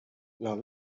now